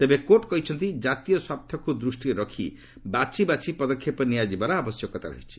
ତେବେ କୋର୍ଟ୍ କହିଛନ୍ତି ଜାତୀୟ ସ୍ୱାର୍ଥକୁ ଦୃଷ୍ଟିରେ ରଖି ବାଛି ବାଛି ପଦକ୍ଷେପ ନିଆଯିବାର ଆବଶ୍ୟକତା ରହିଛି